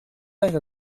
like